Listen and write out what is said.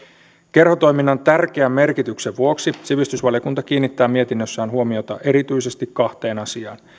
kerhotoiminnan tärkeän merkityksen vuoksi sivistysvaliokunta kiinnittää mietinnössään huomiota erityisesti kahteen asiaan